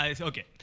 Okay